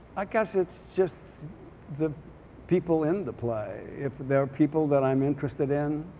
i guess it's just the people in the play. if there are people that i'm interested in